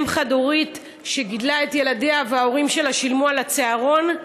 אם חד-הורית שגידלה את ילדיה וההורים שלה שילמו על הצהרון,